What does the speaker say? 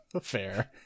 Fair